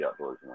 outdoorsman